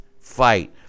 fight